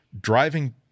driving –